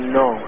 no